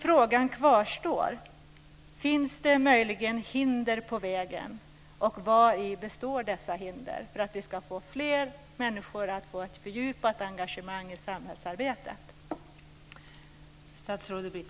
Frågan kvarstår alltså: Finns det möjligen hinder på vägen, och vari består då dessa hinder, för att vi ska få fler människor att få ett fördjupat engagemang i samhällsarbetet?